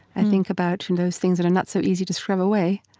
i think about those things that are not so easy to scrub away,